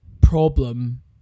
problem